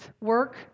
Work